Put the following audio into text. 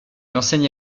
enseigne